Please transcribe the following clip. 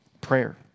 prayer